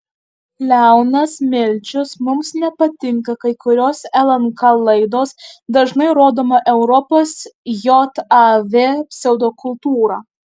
leonas milčius mums nepatinka kai kurios lnk laidos dažnai rodoma europos jav pseudokultūra